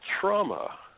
trauma